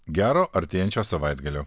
gero artėjančio savaitgalio